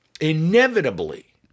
Inevitably